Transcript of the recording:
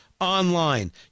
Online